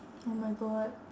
oh my god